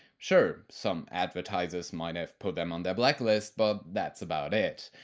sure, some advertisers might have put them on their blacklist, but that's about it.